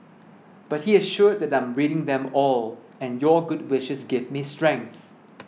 but he assured that I'm reading them all and your good wishes give me strength